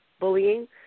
bullying